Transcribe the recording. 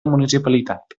municipalitat